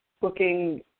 booking